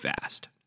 fast